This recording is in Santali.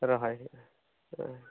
ᱨᱚᱦᱚᱭ